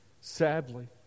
Sadly